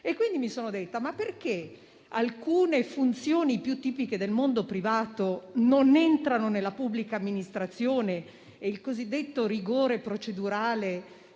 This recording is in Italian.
Quindi, mi sono chiesta perché alcune funzioni, più tipiche del mondo privato, non entrassero nella pubblica amministrazione e il cosiddetto rigore procedurale,